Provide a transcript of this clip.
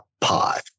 Pod